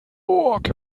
hamburg